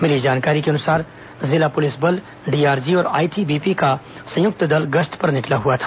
मिली जानकारी के अनुसार जिला पुलिस बल डीआरजी और आईटीबीपी का संयुक्त दल गश्त पर निकला हुआ था